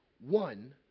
one